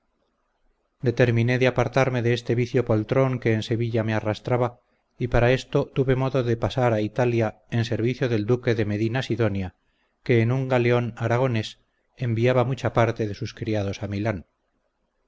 determiné de apartarme de este vicio poltron que en sevilla me arrastraba y para esto tuve modo de pasar a italia en servicio del duque de medina sidonia que en un galeón aragonés enviaba mucha parte de sus criados a milán